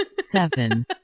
seven